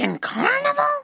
Carnival